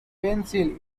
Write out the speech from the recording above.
pencil